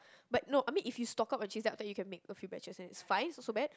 but no I mean if you stock up on jeans then after that you can make a few batches then it's fine so so bad